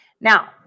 Now